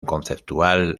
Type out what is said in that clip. conceptual